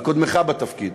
על-ידי קודמך בתפקיד,